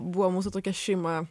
buvo mūsų tokia šeima